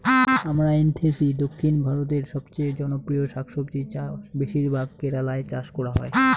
আমরান্থেইসি দক্ষিণ ভারতের সবচেয়ে জনপ্রিয় শাকসবজি যা বেশিরভাগ কেরালায় চাষ করা হয়